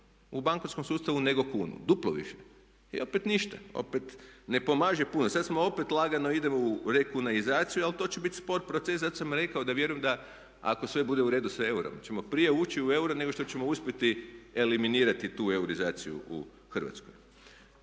u bankarskom sustavu nego kunu, duplo više. I opet ništa, opet ne pomaže puno. Sad smo opet lagano idemo u rekunaizaciju ali to će biti spor proces. Zato sam rekao da vjerujem da ako sve bude u redu sa eurom ćemo prije ući u euro nego što ćemo uspjeti eliminirati tu eurizaciju u Hrvatskoj.